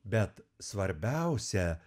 bet svarbiausia